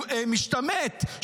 משתמט,